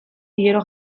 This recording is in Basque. hilero